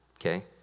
okay